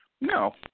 No